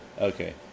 okay